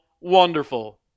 Wonderful